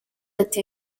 ati